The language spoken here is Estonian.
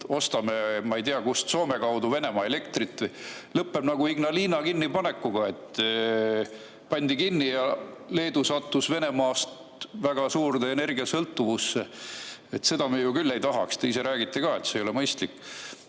ostame, ma ei tea, kust, Soome kaudu Venemaa elektrit. See lõpeb nagu Ignalina kinnipanekuga: pandi kinni ja Leedu sattus Venemaast väga suurde energiasõltuvusse. Seda me ju küll ei tahaks. Te ise räägite ka, et see ei ole mõistlik.